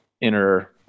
inner